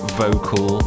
vocal